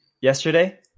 yesterday